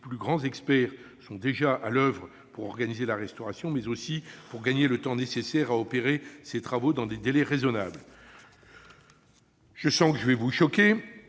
plus grands experts sont déjà à l'oeuvre pour organiser la restauration, mais aussi pour gagner le temps nécessaire à opérer ces travaux dans des délais raisonnables. Je vais sans doute vous choquer,